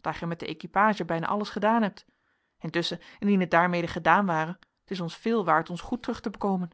daar gij met de equipage bijna alles gedaan hebt intusschen indien het daarmede gedaan ware het is ons veel waard ons goed terug te bekomen